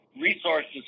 resources